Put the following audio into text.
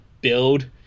build